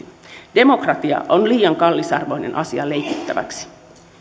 tehty demokratia on liian kallisarvoinen asia leikittäväksi